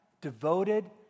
devoted